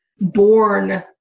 born